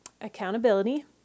accountability